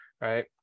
right